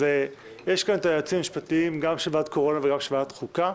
אז יש כאן את היועצים המשפטיים גם של ועדת הקורונה וגם של ועדת החוקה.